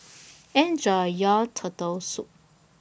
Enjoy your Turtle Soup